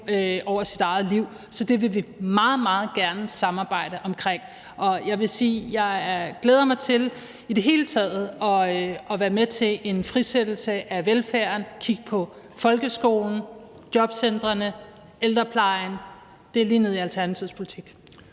over sit eget liv. Så det vil vi meget, meget gerne samarbejde om, og jeg vil sige, at jeg i det hele taget glæder mig til at være med til at frisætte velfærden – kigge på folkeskolen, jobcentrene og ældreplejen. Det peger lige ned i Alternativets politik.